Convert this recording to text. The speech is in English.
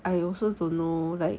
I also don't know like